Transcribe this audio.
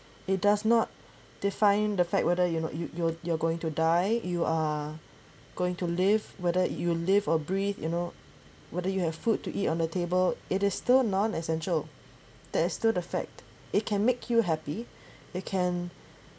it does not define the fact whether you you you're~ you're going to die you are going to live whether you live or breathe you know whether you have food to eat on a table it is still non essential that's still the fact it can make you happy it can